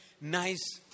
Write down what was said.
nice